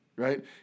Right